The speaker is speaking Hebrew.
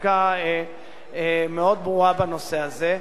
פסיקה מאוד ברורה בנושא הזה,